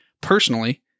personally